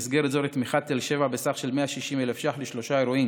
ובמסגרת זו נתמכה תל שבע בסך של 160,000 שקל לשלושה אירועים